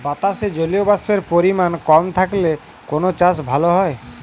বাতাসে জলীয়বাষ্পের পরিমাণ কম থাকলে কোন চাষ ভালো হয়?